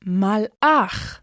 malach